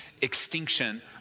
extinction